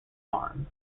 farm